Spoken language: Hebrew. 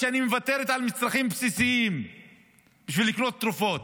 שהיא מוותרת על מצרכים בסיסיים בשביל לקנות תרופות?